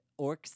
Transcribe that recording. Orcs